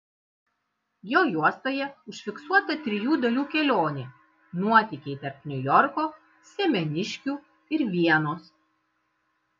jo juostoje užfiksuota trijų dalių kelionė nuotykiai tarp niujorko semeniškių ir vienos